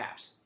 apps